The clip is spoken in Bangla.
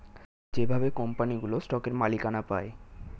যেভাবে কোম্পানিগুলো স্টকের মালিকানা পায়